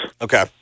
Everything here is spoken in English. Okay